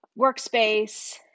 workspace